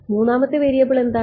മൂന്നാമത്തെ വേരിയബിൾ എന്താണ്